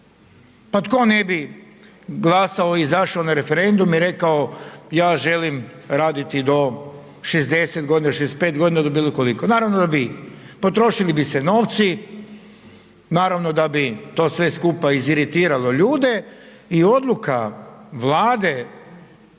Pa tko ne bi glasao, izašao na referendum i rekao ja želim raditi do 60, 65 g. do bilo koliko? Naravno da bi, potrošili bi se novci, naravno da bi to sve skupa iziritiralo ljude i odluka Vlade